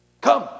come